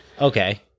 Okay